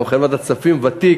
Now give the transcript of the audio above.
גם חבר ועדת הכספים ותיק,